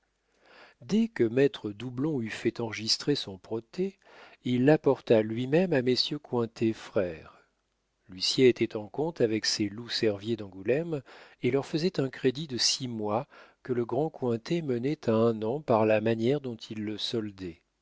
dès que maître doublon eut fait enregistrer son protêt il l'apporta lui-même à messieurs cointet frères l'huissier était en compte avec ces loups cerviers d'angoulême et leur faisait un crédit de six mois que le grand cointet menait à un an par la manière dont il le soldait